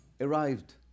arrived